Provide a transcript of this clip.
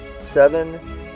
seven